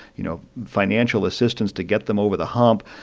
you know, financial assistance to get them over the hump.